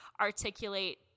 articulate